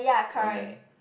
okay